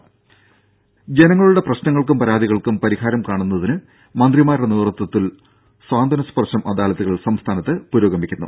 രുമ ജനങ്ങളുടെ പ്രശ്നങ്ങൾക്കും പരാതികൾക്കും പരിഹാരം കാണുന്നതിന് മന്ത്രിമാരുടെ നേതൃത്വത്തിൽ സാന്ത്വന സ്പർശം അദാലത്തുകൾ സംസ്ഥാനത്ത് പുരോഗമിക്കുന്നു